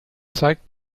zeigt